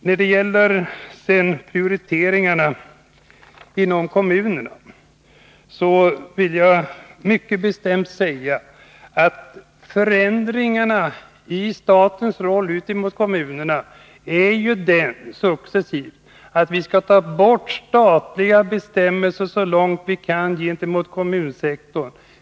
När det sedan gäller prioriteringarna inom kommunerna vill jag mycket bestämt säga att förändringarna i statens roll gentemot kommunerna successivt har blivit den att vi skall ta bort statliga bestämmelser så långt vi kan när det gäller kommunsektorn.